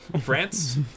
France